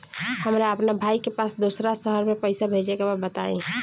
हमरा अपना भाई के पास दोसरा शहर में पइसा भेजे के बा बताई?